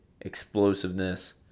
explosiveness